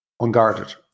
unguarded